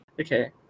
Okay